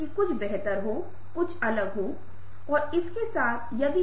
और कुछ कौशल हमने कवर नहीं किए हैं